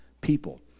people